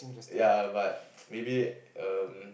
ya but maybe um